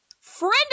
friend